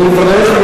אני אברך.